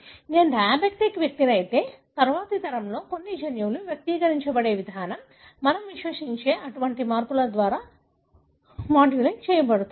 నేను డయాబెటిక్ వ్యక్తి అయితే తరువాతి తరంలో కొన్ని జన్యువులు వ్యక్తీకరించబడే విధానం మనం విశ్వసించే అటువంటి మార్పుల ద్వారా మాడ్యులేట్ చేయబడుతుంది